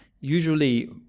usually